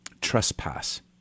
trespass